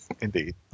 indeed